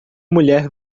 mulher